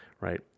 right